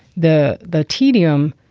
the the tedium,